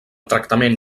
tractament